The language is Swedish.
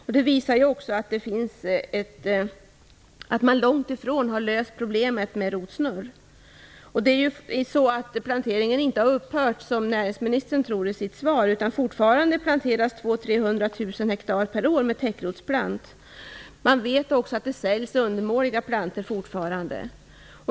Detta visar att man långt ifrån har löst problemet med rotsnurr. Planteringen har inte upphört, som näringsministern säger i sitt svar. Fortfarande planteras 200 000 300 000 hektar per år med täckrotsplant. Man vet också att det säljs undermåliga plantor.